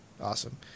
Awesome